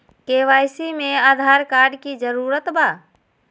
KYC में Aadhaar card के जरूरत बा?